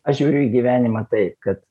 aš žiūriu į gyvenimą taip kad